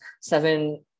seven